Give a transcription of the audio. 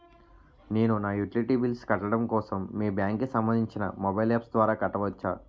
నేను నా utility bills కట్టడం కోసం మీ బ్యాంక్ కి సంబందించిన మొబైల్ అప్స్ ద్వారా కట్టవచ్చా?